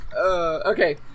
Okay